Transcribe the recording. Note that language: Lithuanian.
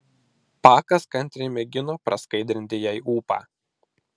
pakas kantriai mėgino praskaidrinti jai ūpą